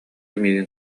миигин